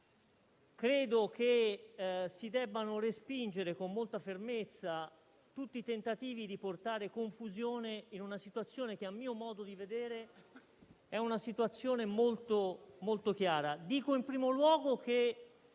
credo che si debbano respingere con molta fermezza tutti i tentativi di portare confusione in una situazione che, a mio modo di vedere, è molto chiara.